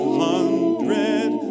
hundred